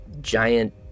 giant